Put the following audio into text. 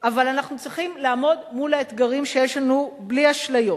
אבל אנחנו צריכים לעמוד מול האתגרים שיש לנו בלי אשליות,